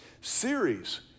series